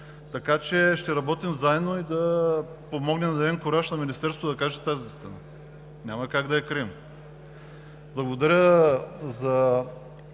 Така че ще работим заедно и да помогнем, да дадем кураж на Министерството да каже тази истина. Няма как да я крием. Благодаря за